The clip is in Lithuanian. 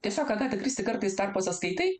tiesiog agatą kristi kartais tarpuose skaitai